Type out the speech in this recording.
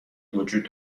وجود